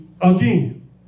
again